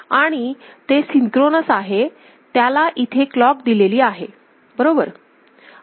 आणि ते सिंक्रोनस आहे त्याला इथे क्लॉक दिलेली आहे बरोबर